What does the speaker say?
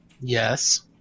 Yes